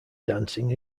dancing